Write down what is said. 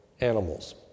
animals